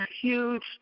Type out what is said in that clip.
huge